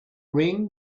ring